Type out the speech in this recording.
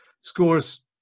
scores